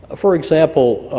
ah for example,